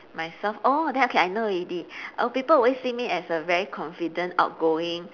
myself oh okay then I know already err people always see me as a very confident outgoing